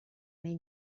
nei